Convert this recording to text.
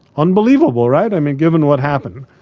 unbelievable, right? i mean, given what happened.